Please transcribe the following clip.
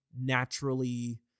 naturally